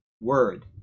word